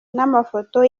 n’amafoto